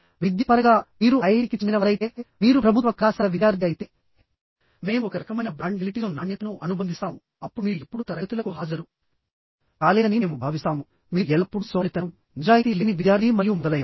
విద్య పరంగా మీరు ఐఐటికి చెందినవారైతే మీరు ప్రభుత్వ కళాశాల విద్యార్థి అయితే మేము ఒక రకమైన బ్రాండ్ ఎలిటిజం నాణ్యతను అనుబంధిస్తాము అప్పుడు మీరు ఎప్పుడూ తరగతులకు హాజరు కాలేదని మేము భావిస్తాము మీరు ఎల్లప్పుడూ సోమరితనం నిజాయితీ లేని విద్యార్థి మరియు మొదలైనవి